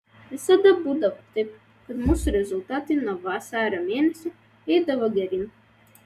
visada būdavo taip kad mūsų rezultatai nuo vasario mėnesio eidavo geryn